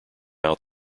out